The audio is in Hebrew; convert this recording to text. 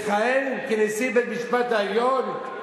לכהן כנשיא בית-המשפט העליון?